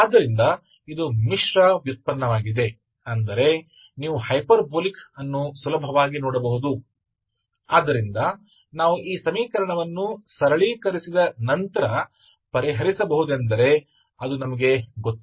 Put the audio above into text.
तो यह मिश्रित डेरिवेटिव है इसका मतलब है कि हाइपरबोलिक आप आसानी से देख सकते हैं तो क्या हम इस समीकरण को कमी के बाद हल कर सकते हैं जो शायद मुश्किल है जिसे हम नहीं जानते हैं